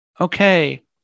Okay